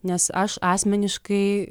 nes aš asmeniškai